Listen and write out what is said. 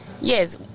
yes